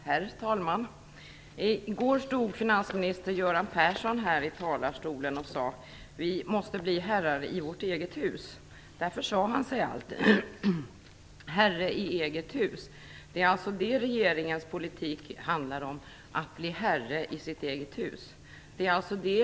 Herr talman! I går stod finansminister Göran Persson här i talarstolen och sade: Vi måste bli herrar i vårt eget hus. Där försade han sig allt: herre i eget hus. Det är alltså det regeringens politik handlar om - att bli herre i sitt eget hus.